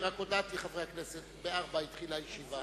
רק הודעתי, חברי הכנסת, כי ב-16:00 התחילה הישיבה,